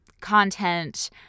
content